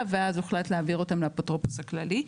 ואז הוחלט להעביר אותם לאפוטרופוס הכללי.